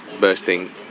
bursting